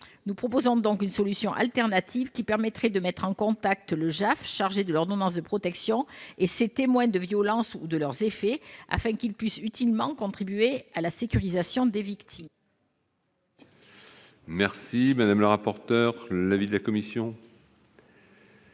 Nous proposons donc une solution alternative qui permettrait de mettre en contact le JAF, chargé de l'ordonnance de protection, et ces témoins de violences ou de leurs effets, afin qu'ils puissent utilement contribuer à la sécurisation des victimes. Quel est l'avis de la commission ?